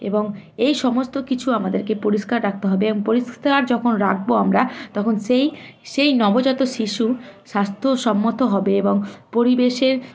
এবং এই সমস্ত কিছু আমাদেরকে পরিষ্কার রাখতে হবে এবং পরিষ্কার যখন রাখবো আমরা তখন সেই সেই নবজাত শিশুর স্বাস্থ্যসম্মত হবে এবং পরিবেশের